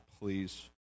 please